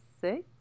six